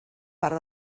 part